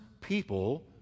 people